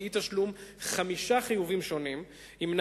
כי אי-תשלום חמישה חיובים שונים ימנע